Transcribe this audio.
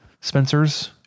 Spencer's